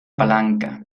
palanca